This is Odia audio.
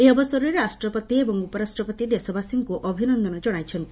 ଏହି ଅବସରରେ ରାଷ୍ଟ୍ରପତି ଏବଂ ଉପରାଷ୍ଟ୍ରପତି ଦେଶବାସୀଙ୍କୁ ଅଭିନନ୍ଦନ ଜଣାଇଛନ୍ତି